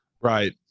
Right